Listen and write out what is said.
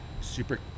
super